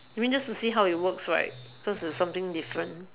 you mean just to see how it works right cause it's something different